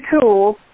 tools